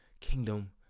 kingdom